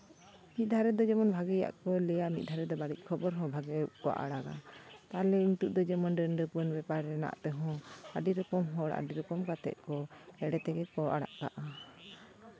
ᱢᱤᱫ ᱫᱷᱟᱨᱮ ᱫᱚ ᱡᱮᱢᱚᱱ ᱵᱷᱟᱹᱜᱤᱭᱟᱜ ᱠᱚ ᱞᱟᱹᱭᱟ ᱢᱤᱫ ᱫᱷᱟᱨᱮ ᱫᱚ ᱵᱟᱹᱲᱤᱡ ᱠᱷᱚᱵᱚᱨ ᱦᱚᱸ ᱵᱷᱟᱜᱮ ᱠᱚ ᱟᱬᱟᱜᱟ ᱛᱟᱦᱞᱮ ᱱᱤᱛᱳᱜ ᱫᱚ ᱡᱮᱢᱚᱱ ᱰᱟᱹᱱ ᱰᱟᱹᱯᱟᱹᱱ ᱵᱮᱯᱟᱨ ᱨᱮᱱᱟᱜ ᱛᱮᱦᱚᱸ ᱟᱹᱰᱤ ᱨᱚᱠᱚᱢ ᱦᱚᱲ ᱟᱹᱰᱤ ᱨᱚᱠᱚᱢ ᱠᱟᱛᱮᱫ ᱠᱚ ᱮᱲᱮ ᱛᱮᱜᱮ ᱠᱚ ᱟᱬᱟᱜ ᱠᱟᱜᱼᱟ